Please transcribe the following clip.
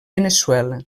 veneçuela